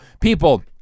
people